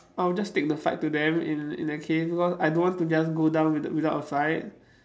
I'll just take the fight to them in in that case because I don't want to just go down with~ without a fight